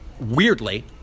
Weirdly